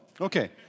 Okay